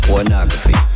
Pornography